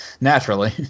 Naturally